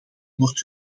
wordt